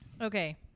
Okay